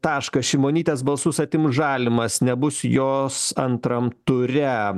taškas šimonytės balsus atims žalimas nebus jos antram ture